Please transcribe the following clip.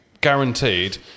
guaranteed